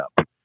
up